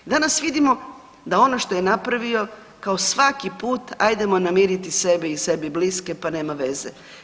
Danas vidimo da ono što je napravio, kao svaki put, ajdemo namiriti sebe i sebi bliske pa nema veze.